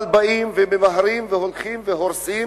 אבל באים וממהרים והולכים והורסים,